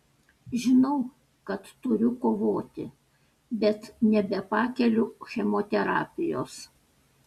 žinau kad turiu kovoti bet nebepakeliu chemoterapijos